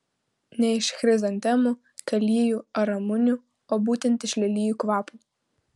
ne iš chrizantemų kalijų ar ramunių o būtent iš lelijų kvapo